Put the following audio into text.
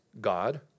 God